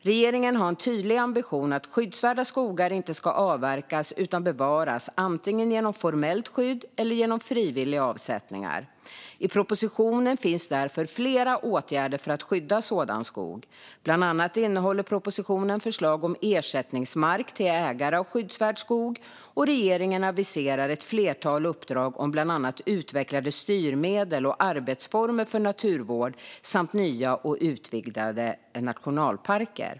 Regeringen har en tydlig ambition att skyddsvärda skogar inte ska avverkas utan bevaras antingen genom formellt skydd eller genom frivilliga avsättningar. I propositionen finns därför flera åtgärder för att skydda sådan skog. Bland annat innehåller propositionen förslag om ersättningsmark till ägare av skyddsvärd skog, och regeringen aviserar ett flertal uppdrag om bland annat utvecklade styrmedel och arbetsformer för naturvård samt nya och utvidgade nationalparker.